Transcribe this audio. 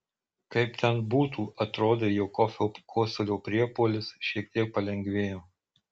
kaip ten būtų atrodė jog kofio kosulio priepuolis šiek tiek palengvėjo